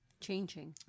changing